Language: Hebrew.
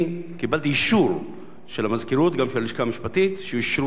וקיבלתי אישור של המזכירות וגם של הלשכה המשפטית שאישרו את ההצמדה,